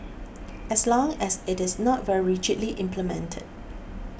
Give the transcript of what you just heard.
as long as it is not very rigidly implemented